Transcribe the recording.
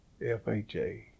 FHA